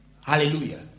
Hallelujah